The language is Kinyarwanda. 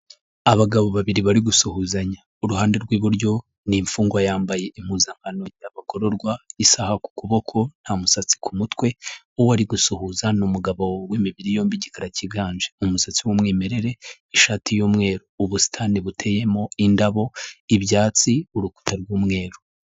Abagabo babiri bari gusuhuzanya uruhande rw'iburyo ni' imfungwa yambaye impuzakano bagororwa isaha ku kuboko nta musatsi ku mutwe w'uwari gusuhuza numu umugabo w';imibiri yombi igikara cyiganje umusatsi w'umwimerere ishati y'umweru ubusitani buteyemo indabo, ibyatsi urukuta rw'umweru.